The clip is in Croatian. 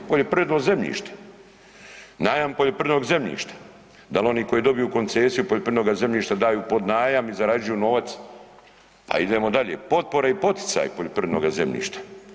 Poljoprivredno zemljište, najam poljoprivrednog zemljišta, dal oni koji dobiju koncesiju poljoprivrednog zemljišta daju pod najam i zarađuju novac pa idemo dalje, potpore i poticaji poljoprivrednoga zemljišta.